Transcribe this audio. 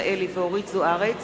יושב-ראש